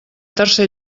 tercer